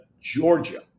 georgia